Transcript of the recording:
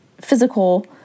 physical